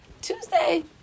Tuesday